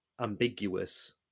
ambiguous